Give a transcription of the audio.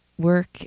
work